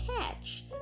catch